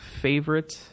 favorite